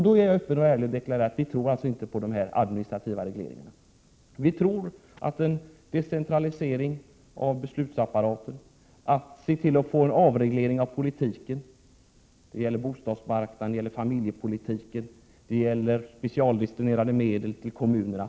Där är jag ärlig och deklarerar öppet att vi moderater alltså inte tror på administrativa regleringar. Vi tror på en decentralisering av beslutsapparaten och på att få till stånd en avreglering av politiken, t.ex. i fråga om bostadsoch familjepolitiken och specialdestinerade medel till kommunerna.